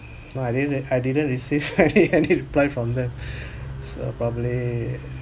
no I didn't I didn't receive any any reply from them so probably